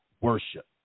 worship